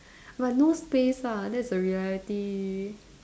but no space ah that's the reality